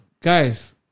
guys